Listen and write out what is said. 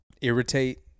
irritate